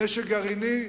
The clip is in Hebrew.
נשק גרעיני.